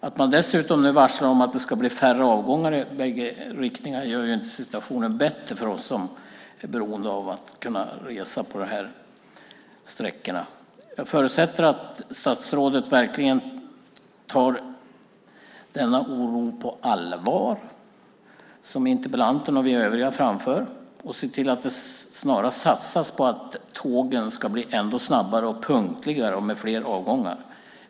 Att man nu dessutom varslar om att det ska bli färre avgångar i bägge riktningar gör inte situationen bättre för oss som är beroende av att kunna resa på de här sträckorna. Jag förutsätter att statsrådet verkligen tar den oro på allvar som interpellanten och vi övriga framför och ser till att det snarast satsas på att tågen ska bli ännu snabbare och punktligare och att det blir fler avgångar.